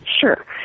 sure